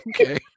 Okay